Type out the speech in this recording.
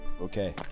Okay